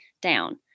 down